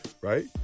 right